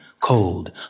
cold